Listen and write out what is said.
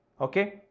Okay